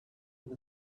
with